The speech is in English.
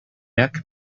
neck